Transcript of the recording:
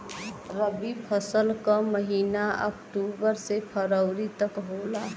रवी फसल क महिना अक्टूबर से फरवरी तक होला